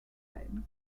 foam